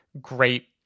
great